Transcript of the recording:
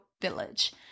village